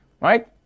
right